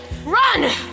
Run